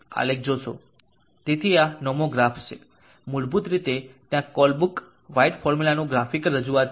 તેથી આ નોમોગ્રાફ્સ છે મૂળભૂત રીતે ત્યાં કોલબ્રુક વ્હાઇટ ફોર્મ્યુલાનું ગ્રાફિકલ રજૂઆત છે